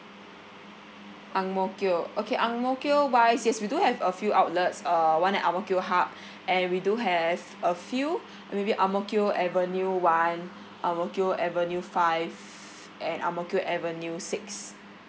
ang mo kio okay ang mo kio wise yes we do have a few outlets uh one at ang mo kio hub and we do have a few maybe ang mo kio avenue one ang mo kio avenue five and ang mo kio avenue six